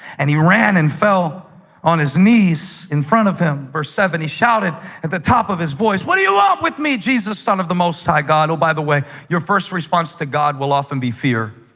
and he ran and fell on his knees in front of him verse seven he shouted at the top of his voice what do you want ah with me jesus son of the most high god? oh by the way your first response to god will often be fear